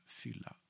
fylla